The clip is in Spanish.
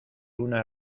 una